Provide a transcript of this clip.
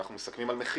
אנחנו מסכימים על מחיר.